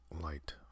light